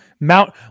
Mount